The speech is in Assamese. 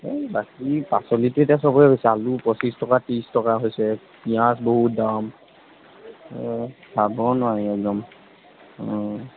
এই বাকী পাচলিটো এতিয়া সবৰে হৈছে আলু পঁচিছ টকা ত্ৰিছ টকা হৈছে পিঁয়াজ বহুত দাম খাব নোৱাৰি একদম